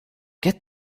get